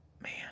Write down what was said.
Man